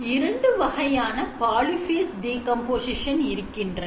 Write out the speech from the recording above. இரண்டு வகையான polyphase decomposition இருக்கின்றன